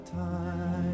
time